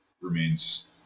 remains